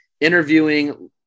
interviewing